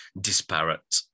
disparate